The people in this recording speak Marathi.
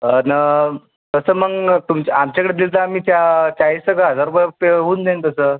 अन तसं मग तुमचं आमच्याकडे दिलं तर आम्ही चा चाळीस एक हजार रुपये पे होऊन जाईल तसं